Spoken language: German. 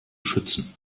schützen